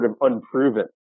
unproven